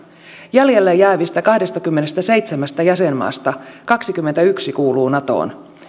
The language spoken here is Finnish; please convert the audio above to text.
jäljelle jäävistä kahdestakymmenestäseitsemästä jäsenmaasta kaksikymmentäyksi kuuluu natoon